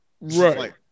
Right